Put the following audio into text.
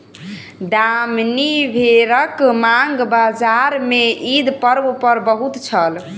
दामनी भेड़क मांग बजार में ईद पर्व पर बहुत छल